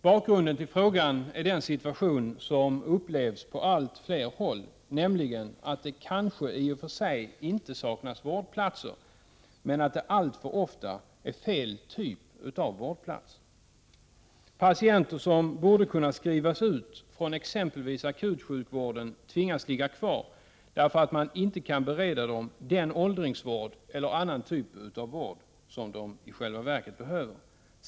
Bakgrunden till frågan är den situation som upplevs på allt fler håll, nämligen att det kanske i och för sig inte saknas vårdplatser men att det alltför ofta är fel typ av vårdplatser. Patienter som borde kunna skrivas ut från exempelvis akutsjukvården tvingas ligga kvar, därför att man inte kan bereda dem den åldringsvård eller annan typ av vård som patienterna i själva verket behöver.